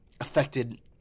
affected